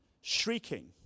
shrieking